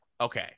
okay